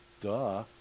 duh